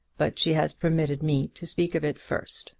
but she has permitted me to speak of it first